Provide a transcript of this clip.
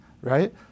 right